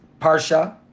Parsha